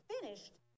finished